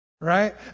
right